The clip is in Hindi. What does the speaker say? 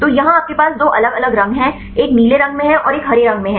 तो यहां आपके पास दो अलग अलग रंग हैं एक नीले रंग में है और एक हरे रंग में है